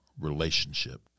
relationship